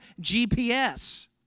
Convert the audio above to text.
GPS